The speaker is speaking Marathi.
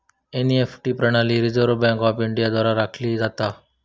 एन.ई.एफ.टी प्रणाली रिझर्व्ह बँक ऑफ इंडिया द्वारा राखली जाता